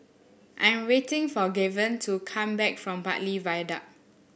I'm waiting for Gaven to come back from Bartley Viaduct